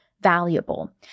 valuable